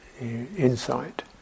insight